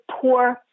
poor